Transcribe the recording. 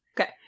Okay